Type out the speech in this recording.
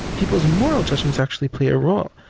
people's moral judgments actually play a role.